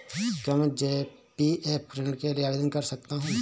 क्या मैं जी.पी.एफ ऋण के लिए आवेदन कर सकता हूँ?